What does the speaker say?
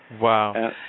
Wow